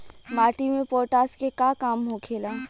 माटी में पोटाश के का काम होखेला?